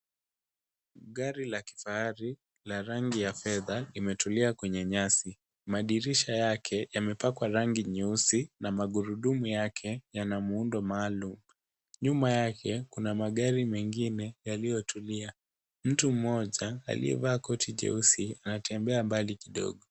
Gari la kifahari la rangi ya fedha imetulia kwenye nyasi. Madirisha yake yamepakwa rangi nyeusi na magurudumu yake Yana muundo maalum. Nyuma yake kuna magari mengine yaliyotulia. Mtu mmoja aliyevaa koti jeusi anatembea mbali kidogo.